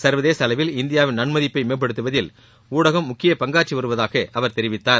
சர்வதேச அளவில் இந்தியாவின் நன்மதிப்பை மேம்படுத்துவதில் ஊடகம் முக்கிய பங்காற்றி வருவதாக அவர் தெரிவித்தார்